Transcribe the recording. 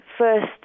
first